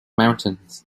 mountains